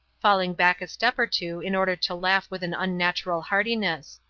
falling back a step or two in order to laugh with an unnatural heartiness.